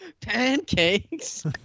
pancakes